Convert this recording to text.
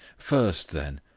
first, then,